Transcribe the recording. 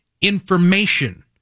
information